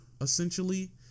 essentially